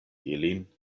ilin